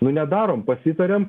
nu nedarom pasitariam